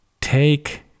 take